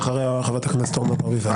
ואחריה חברת הכנסת אורנה ברביבאי.